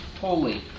holy